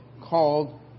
called